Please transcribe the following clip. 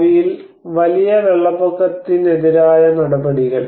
ഭാവിയിൽ വലിയ വെള്ളപ്പൊക്കത്തിനെതിരായ നടപടികൾ